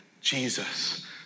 Jesus